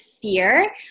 fear